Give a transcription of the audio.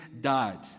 died